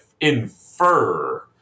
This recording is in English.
infer